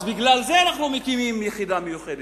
אז בגלל זה אנחנו מקימים יחידה מיוחדת.